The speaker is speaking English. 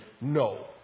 No